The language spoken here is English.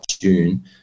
June